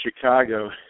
Chicago